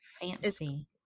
fancy